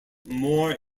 more